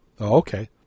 Okay